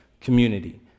Community